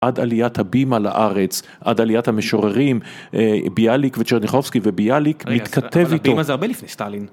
עד עליית הבימה לארץ, עד עליית המשוררים, ביאליק וצ'רניחובסקי וביאליק, מתכתב איתו. אבל הבימה זה הרבה לפני סטאלין.